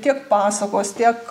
tiek pasakos tiek